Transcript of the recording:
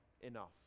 enough